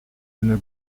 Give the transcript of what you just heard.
une